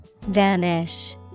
Vanish